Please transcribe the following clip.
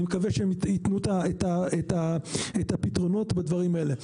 אני מקווה שהם יתנו פתרונות בדברים האלה.